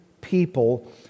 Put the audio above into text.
people